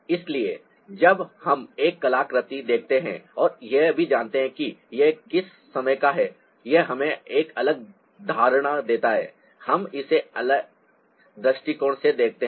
इसलिए जब हम एक कलाकृति देखते हैं और यह भी जानते हैं कि यह किस समय का है यह हमें एक अलग धारणा देता है हम इसे एक अलग दृष्टिकोण से देखते हैं